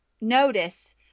notice